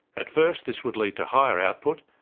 at first, this would lead to higher output,